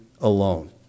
alone